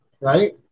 right